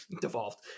devolved